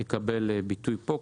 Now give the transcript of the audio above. הוא יקבל ביטוי פה.